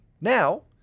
Now